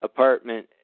Apartment